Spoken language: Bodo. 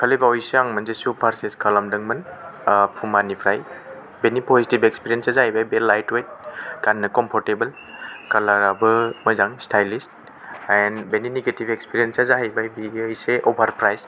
दाखालि बावैसो आं मोनसे शु पार्चेज खालामदोंमोन पुमानिफ्राय बेनि पजिटिभ एक्सपिरियेन्सआ जाहैबाय बे लाइट वेट गान्नो कम्फ'र्टेबल कालाराबो मोजां स्टाइलिस एन्द बेनि निगेटिभ एक्सपिरियेन्सआ जाहैबाय बेयो इसे अभारप्राइज्द